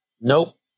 Nope